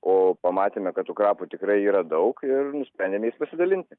o pamatėme kad tų krapų tikrai yra daug ir nusprendėme jais pasidalinti